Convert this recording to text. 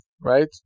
right